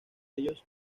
ellos